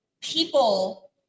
people